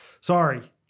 Sorry